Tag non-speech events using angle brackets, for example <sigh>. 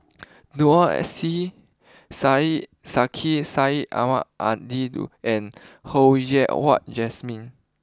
Noor S C Syed Sheikh Syed Ahmad Al <unintelligible> and Ho Yen Wah Jesmine